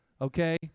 Okay